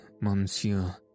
Monsieur